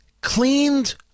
cleaned